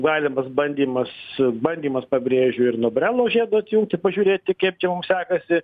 galimas bandymas bandymas pabrėžiu ir nuo brelo žiedo atjungti pažiūrėti kaip čia mum sekasi